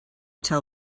tell